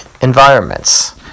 environments